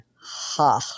ha